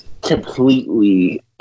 completely